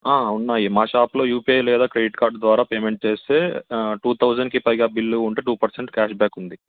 ఉన్నాయి మా షాప్లో యుపిఐ లేదా క్రెడిట్ కార్డ్ ద్వారా పేమెంట్ చేస్తే టూ థౌజండ్కి పైగా బిల్లు ఉంటే టూ పర్సెంట్ క్యాష్ బ్యాక్ ఉంది